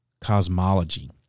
cosmology